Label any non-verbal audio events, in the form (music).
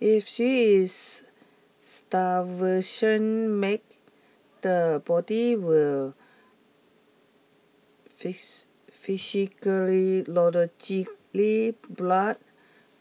if she is starvation make the body will (unintelligible) physically (unintelligible) blood